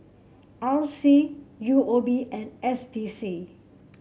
R C U O B and S D C